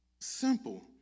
simple